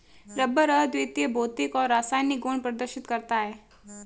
rubber अद्वितीय भौतिक और रासायनिक गुण प्रदर्शित करता है